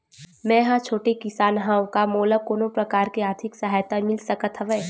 मै ह छोटे किसान हंव का मोला कोनो प्रकार के आर्थिक सहायता मिल सकत हवय?